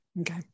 Okay